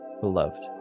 beloved